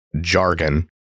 jargon